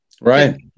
Right